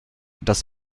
dass